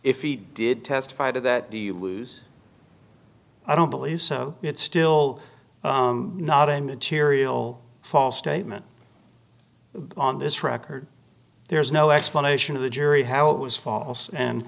if he did testify to that do you lose i don't believe so it's still not immaterial false statement on this record there is no explanation of the jury how it was false and